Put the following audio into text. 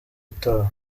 utaha